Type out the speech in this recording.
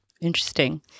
Interesting